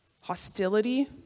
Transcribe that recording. hostility